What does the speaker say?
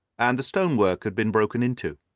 and the stone-work had been broken into,